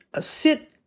sit